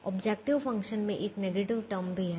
objective function मे एक negative term भी है